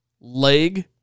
Leg